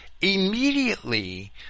immediately